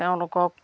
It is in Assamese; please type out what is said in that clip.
তেওঁলোকক